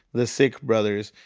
the sikh brothers.